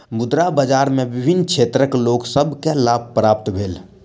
मुद्रा बाजार में विभिन्न क्षेत्रक लोक सभ के लाभ प्राप्त भेल